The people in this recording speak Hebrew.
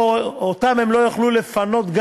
ואותם הם לא יוכלו לפנות.